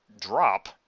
drop